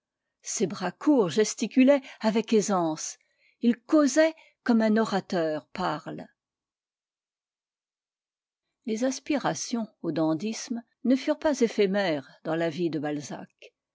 ses bras courts gesticulaient avec aisance il causait comme un orateur parle les aspirations au dandysme ne furent pas éphémères dans la vie de balzac